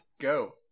Go